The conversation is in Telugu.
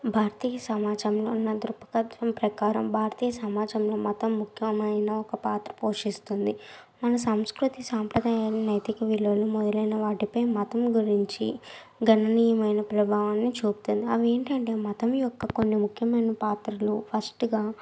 భారతీయ సమాజంలో ఉన్న దృక్పథం ప్రకారం భారతీయ సమాజంలో మతం ముఖ్యమైన ఒక పాత్ర పోషిస్తుంది మన సంస్కృతి సాంప్రాదాయాలను నైతిక విలువలను మొదలైన వాటిపై మతం గురించి గణనీయమైన ప్రభావాన్ని చూపుతుంది అవేంటంటే మతం యొక్క కొన్ని ముఖ్యమైన పాత్రలు ఫస్ట్గా